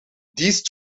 these